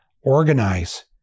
Organize